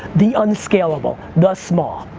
the unscalable, the small.